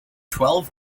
twelve